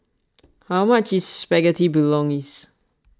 how much is Spaghetti Bolognese